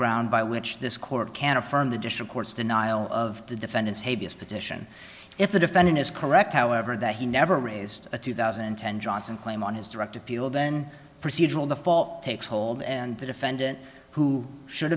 ground by which this court can affirm the dish of course denial of the defendant's habeas petition if the defendant is correct however that he never raised a two thousand and ten johnson claim on his direct appeal then procedural default takes hold and the defendant who should